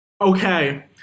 okay